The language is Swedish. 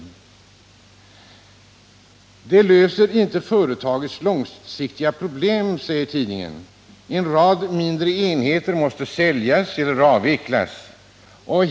Därefter framhålls bl.a. att ett sådant ägande ”löser inte företagets långsiktiga problem. En rad mindre enheter måste avvecklas eller säljas.